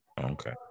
Okay